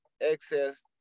excess